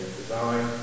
design